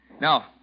Now